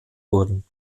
wurden